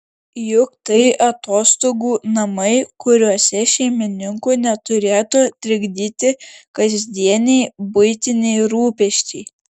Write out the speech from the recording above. juk tai atostogų namai kuriuose šeimininkų neturėtų trikdyti kasdieniai buitiniai rūpesčiai